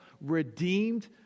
redeemed